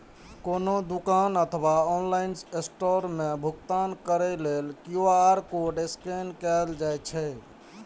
कोनो दुकान अथवा ऑनलाइन स्टोर मे भुगतान करै लेल क्यू.आर कोड स्कैन कैल जाइ छै